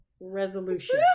resolution